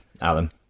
Alan